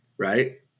Right